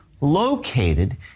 located